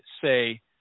say